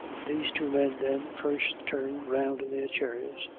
these two men, then, first turned round in their chairs,